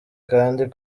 kandi